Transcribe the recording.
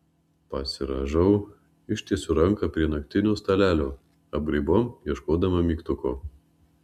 pasirąžau ištiesiu ranką prie naktinio stalelio apgraibom ieškodama mygtuko